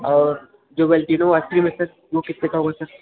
और जो वेल्टिनो आइस क्रीम है सर वो कितने का होगा सर